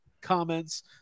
comments